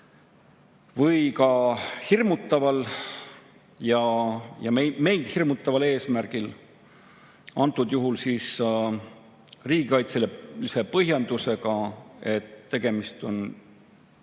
või ka hirmutaval, meid hirmutaval eesmärgil, antud juhul riigikaitselise põhjendusega, et tegemist on ülima